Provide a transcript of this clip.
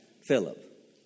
Philip